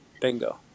bingo